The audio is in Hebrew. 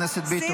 כי הפרעתם לי.